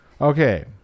Okay